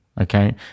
Okay